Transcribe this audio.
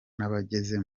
n’abageze